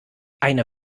eine